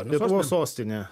lietuvos sostinė